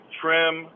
trim –